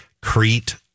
Crete